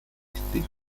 existir